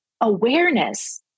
awareness